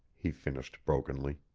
he finished brokenly.